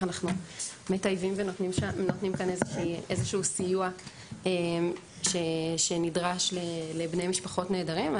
אנחנו מטייבים ונותנים כאן איזשהו סיוע שנדרש לבני משפחות נעדרים.